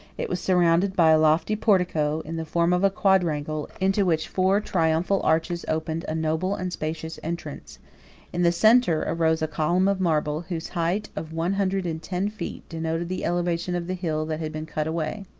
it was surrounded by a lofty portico, in the form of a quadrangle, into which four triumphal arches opened a noble and spacious entrance in the centre arose a column of marble, whose height, of one hundred and ten feet, denoted the elevation of the hill that had been cut away.